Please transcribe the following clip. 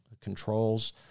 controls